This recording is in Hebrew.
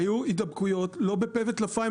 היו הידבקויות לא בפה וטלפיים,